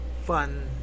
fun